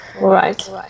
Right